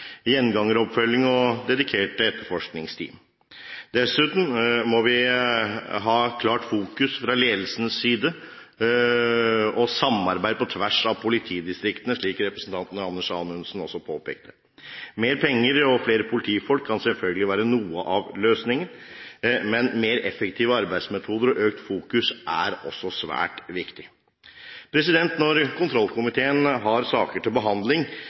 gjengangeroppfølging og dedikerte etterforskningsteam. Dessuten må vi ha klart fokus fra ledelsens side og samarbeid på tvers av politidistriktene, slik representanten Anders Anundsen også påpekte. Mer penger og flere politifolk kan selvfølgelig være noe av løsningen, men mer effektive arbeidsmetoder og økt fokus er også svært viktig. Når kontrollkomiteen har saker til behandling,